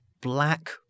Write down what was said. black